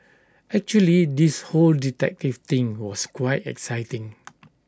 actually this whole detective thing was quite exciting